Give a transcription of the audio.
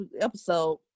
episode